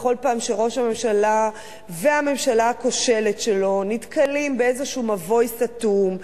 בכל פעם שראש הממשלה והממשלה הכושלת שלו נתקלים באיזה מבוי סתום,